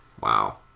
Wow